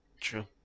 True